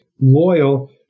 loyal